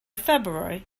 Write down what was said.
february